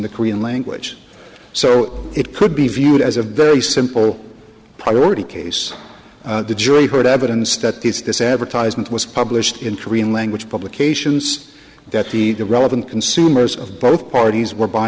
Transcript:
the korean language so it could be viewed as a very simple priority case the jury heard evidence that gets this advertisement was published in korean language publications that the relevant consumers of both parties were by